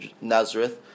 Nazareth